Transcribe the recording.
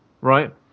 right